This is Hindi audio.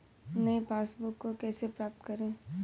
नई पासबुक को कैसे प्राप्त करें?